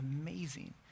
amazing